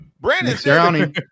Brandon